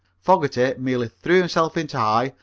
fogerty merely threw himself into high,